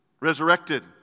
resurrected